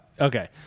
Okay